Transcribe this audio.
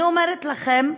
אני אומרת לכם,